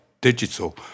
digital